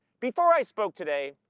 before i spoke today,